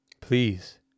Please